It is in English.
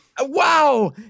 wow